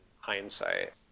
hindsight